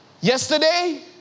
Yesterday